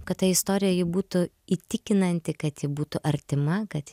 kad ta istorija ji būtų įtikinanti kad ji būtų artima kad